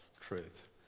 truth